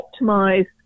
optimize